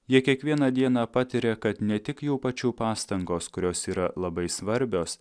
jie kiekvieną dieną patiria kad ne tik jų pačių pastangos kurios yra labai svarbios